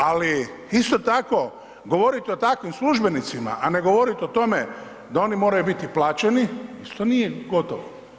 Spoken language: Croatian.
Ali isto tako govoriti o takvim službenicima, a ne govoriti o tome da oni moraju biti plaćeni isto nije gotovo.